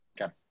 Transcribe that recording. Okay